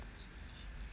mm